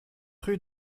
rue